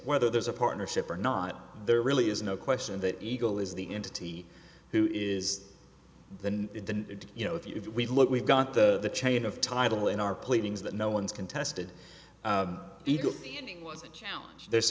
whether there's a partnership or not there really is no question that eagle is the entity who is the you know if we look we've got the chain of title in our pleadings that no one's contested eagle